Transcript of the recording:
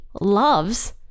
loves